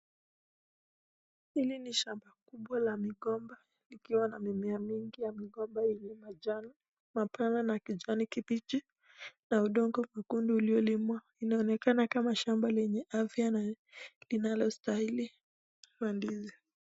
Hili ni shamba kubwa la migomba, likiwa na mimea mingi ya migomba yenye majani mapana na kijani kibichi na udongo mwekundu uliolimwa. Inaonekana kama shamba lenye afya na linalostahili kwa ndizi.